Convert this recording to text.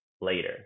later